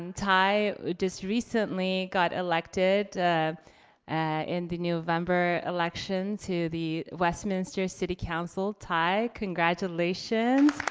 and tai just recently got elected in the november election to the westminster city council. tai, congratulations.